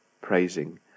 praising